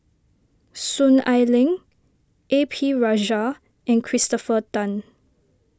Soon Ai Ling A P Rajah and Christopher Tan